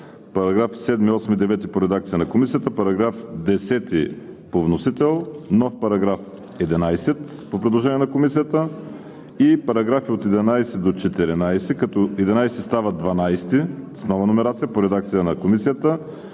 параграфи 7, 8 и 9 по редакция на Комисията; § 10 по вносител; нов § 11 по предложение на Комисията; и параграфи от 11 до 14, като § 11 става § 12 – с нова номерация, по редакция на Комисията;